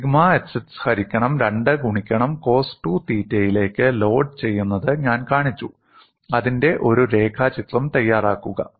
sigma xx ഹരിക്കണം 2 ഗുണിക്കണം cos 2 തീറ്റയിലേക്ക് ലോഡ് ചെയ്യുന്നത് ഞാൻ കാണിച്ചു അതിന്റെ ഒരു രേഖാചിത്രം തയ്യാറാക്കുക